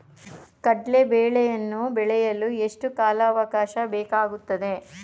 ಕಡ್ಲೆ ಬೇಳೆಯನ್ನು ಬೆಳೆಯಲು ಎಷ್ಟು ಕಾಲಾವಾಕಾಶ ಬೇಕಾಗುತ್ತದೆ?